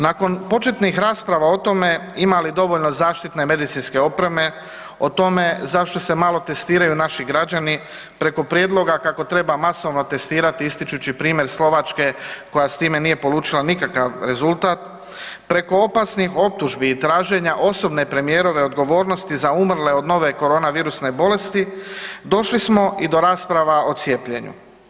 Nakon početnih rasprava o tome ima li dovoljno zaštitne medicinske opreme, o tome zašto se malo testiraju naši građani, preko prijedloga kako treba masovno testirati ističući primjer Slovačke koja s time nije polučila nikakav rezultat, preko opasnih optužbi i traženja osobne premijerove odgovornosti za umrle od nove koronavirusne bolesti, došli smo i do rasprava o cijepljenju.